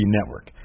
Network